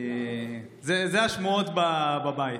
אלה השמועות בבית.